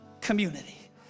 community